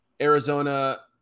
Arizona